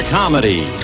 comedy